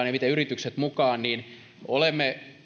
ja yritykset saadaan mukaan olemme